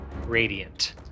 Radiant